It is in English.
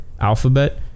Alphabet